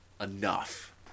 enough